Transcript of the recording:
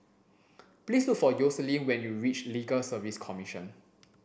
please look for Yoselin when you reach Legal Service Commission